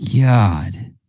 God